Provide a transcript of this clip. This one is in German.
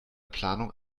planung